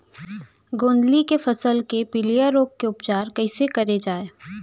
गोंदली के फसल के पिलिया रोग के उपचार कइसे करे जाये?